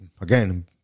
Again